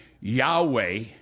Yahweh